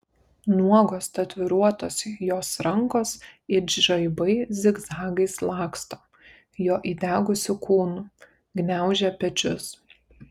nuogos tatuiruotos jos rankos it žaibai zigzagais laksto jo įdegusiu kūnu gniaužia pečius